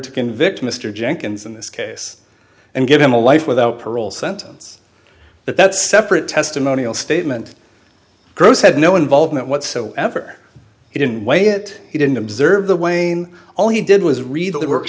to convict mr jenkins in this case and give him a life without parole sentence but that separate testimonial statement gross had no involvement whatsoever he didn't weigh it he didn't observe the wayne all he did was read it work